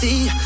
See